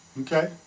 Okay